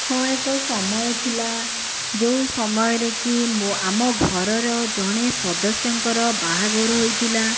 ହଁ ଏକ ସମୟ ଥିଲା ଯେଉଁ ସମୟରେକି ଆମ ଘରର ଜଣେ ସଦସ୍ୟଙ୍କର ବାହାଘର ହୋଇଥିଲା